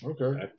okay